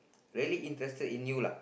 really interested in you lah